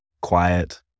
quiet